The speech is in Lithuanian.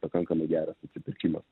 pakankamai geras atsipirkimas